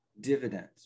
dividends